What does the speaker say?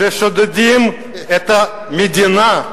ששודדים את המדינה.